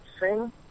sing